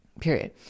Period